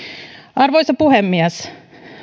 arvoisa puhemies